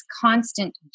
constant